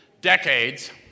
decades